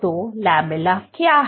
तो लैमेला क्या है